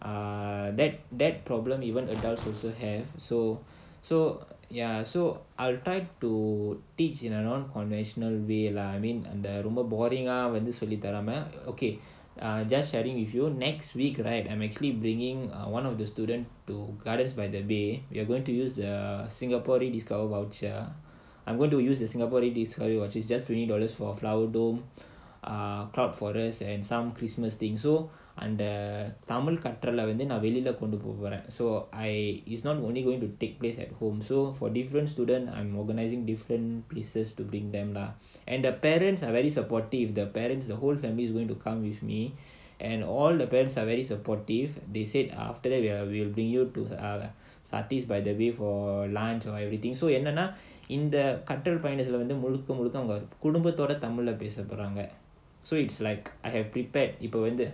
uh that that problem even adults also have so so ya so I'll try to teach in a non conventional way lah I mean அந்த ரொம்ப:andha romba boring ah சொல்லித்தராம:sollitharaama okay uh just sharing with you next week right I'm actually bringing one of the students to gardens by the bay we are going to use a singaporean discovery voucher I'm going to use the singapore discovery it's just twenty dollars for flower dome cloud forest and some christmas thing so அந்த தமிழ் கற்றல நான் வெளிய கொண்டு வர போறேன்:andha tamil katrala naan veliya kondu vara poraen so I it's not only going to take place at home so for different students I'm organising different places to bring them lah and the parents are very supportive the parents the whole families going to come with me and all the parents are very supportive they said after that we will bring you to ah satay by the bay for lunch or everything so என்னனா இந்த கற்றல்ல குடும்பத்தோட தமிழ்ல பேசபோறாங்க:ennanaa indha katrala kudumbathoda tamilla pesa poraanga so it's like I have prepared